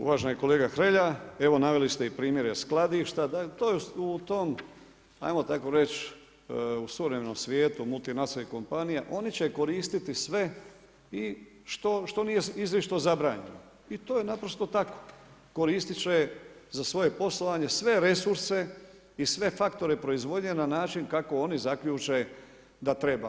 Uvaženi kolega Hrelja, evo naveli ste primjere skladišta, u tom ajmo tako reći suvremenom svijetu multinacionalnih kompanija oni će koristiti sve i što nije izričito zabranjeno i to je naprosto tako, koristit će za svoje poslovanje sve resurse i sve faktore proizvodnje na način kako oni zaključe da treba.